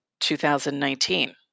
2019